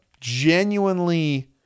genuinely